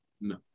No